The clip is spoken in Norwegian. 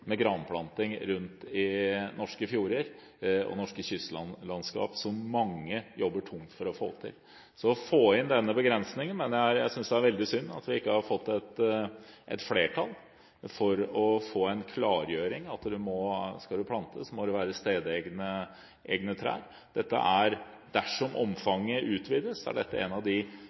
med granplanting rundt i norske fjorder og kystlandskap som mange jobber tungt for å få til. Så jeg synes det er veldig synd at vi ikke har fått et flertall for å få inn denne begrensningen, for å få inn en klargjøring av at skal det plantes, må det være stedegne trær. Dersom omfanget utvides, er dette en av de